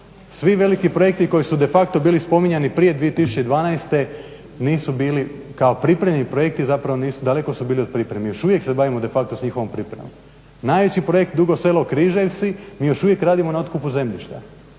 Svi veliki projekti koji su de facto bili spominjani prije 2012. nisu bili kao pripremni projekti, zapravo daleko su bili od pripremnih. Još uvijek se bavimo de facto sa njihovom pripremom. Najveći projekt Dugo Selo – Križevci mi još uvijek radimo na otkupu zemljišta,